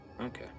Okay